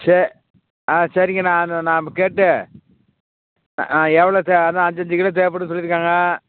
சே ஆ சரிங்க நானு நான் இப்போ கேட்டு ஆ எவ்வளோ தே அதுதான் அஞ்சுஞ்சு கிலோ தேவைப்படுன்னு சொல்லியிருக்காங்க